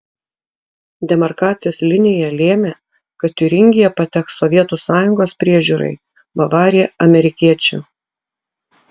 demarkacijos linija lėmė kad tiuringija pateks sovietų sąjungos priežiūrai bavarija amerikiečių